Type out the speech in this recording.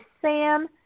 Sam